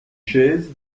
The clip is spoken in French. chaise